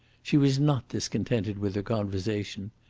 she was not discontented with her conversation.